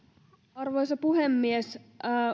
arvoisa puhemies